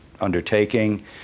undertaking